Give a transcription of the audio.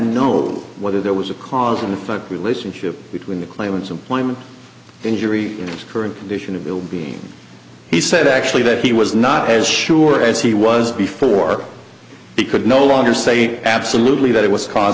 know whether there was a cause and effect relationship between the claimants employment injury current condition of ill being he said actually that he was not as sure as he was before he could no longer say absolutely that it was caus